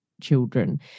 children